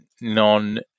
non